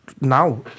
Now